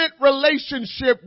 relationship